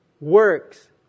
works